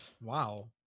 wow